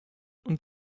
und